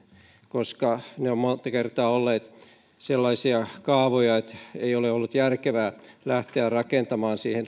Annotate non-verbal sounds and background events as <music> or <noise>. koska ne ovat monta kertaa olleet sellaisia kaavoja että ei ole ollut järkevää lähteä rakentamaan siihen <unintelligible>